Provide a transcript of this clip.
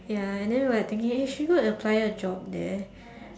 ya and then we were like thinking eh should we go and apply a job there